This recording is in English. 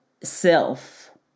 self